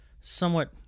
somewhat